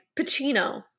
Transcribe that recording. pacino